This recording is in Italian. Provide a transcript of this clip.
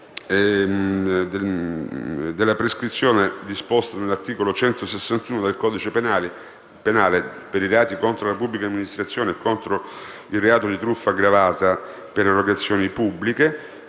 della prescrizione, come disposto dall'articolo 161 del codice penale, per i reati contro la pubblica amministrazione e per il reato di truffa aggravata per erogazioni pubbliche,